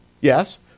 Yes